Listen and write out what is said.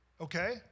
okay